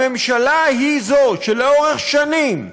הממשלה היא שלאורך שנים,